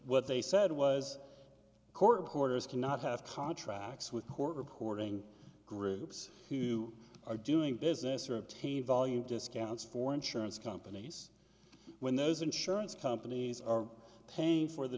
what they said was court orders cannot have contracts with court reporting groups who are doing business or obtain volume discounts for insurance companies when those insurance companies are paying for the